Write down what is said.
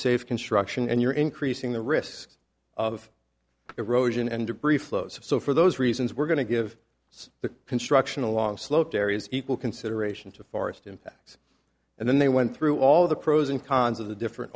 safe construction and you're increasing the risk of erosion and debris flows so for those reasons we're going to give the construction along sloped areas equal consideration to forest impacts and then they went through all the pros and cons of the different